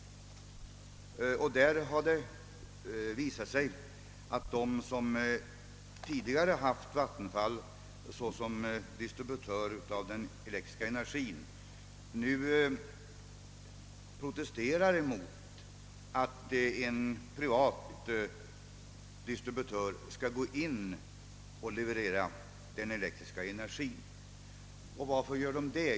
Det har därvid visat sig att de som tidigare haft vattenfallsverket såsom distributör av den elektriska energin nu vänder sig mot att en annan kraftdistributör i stället skall få leverera den elektriska energin. Varför gör man det?